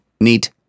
neat